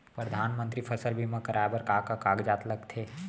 परधानमंतरी फसल बीमा कराये बर का का कागजात लगथे?